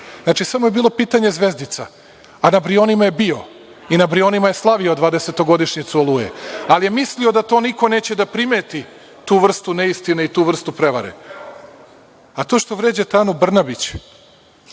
Znači, samo je bilo pitanje zvezdica, a na Brionima je bio i na Brionima je slavio dvadesetogodišnjicu „Oluje“, ali je mislio da to niko neće da primeti, tu vrstu neistine i tu vrstu prevare. To što vređate Anu Brnabić,